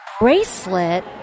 bracelet